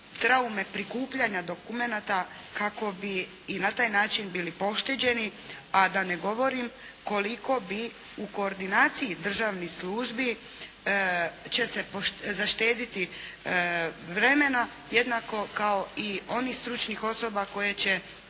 traume prikupljanja dokumenta kako bi i na taj način bili pošteđeni a da ne govorim koliko bi u koordinaciji državnih službi će se zaštediti vremena jednako kao i onih stručnih osoba koje će